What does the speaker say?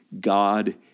God